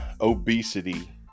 obesity